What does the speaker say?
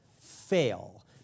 fail